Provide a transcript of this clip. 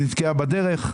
בוקר טוב.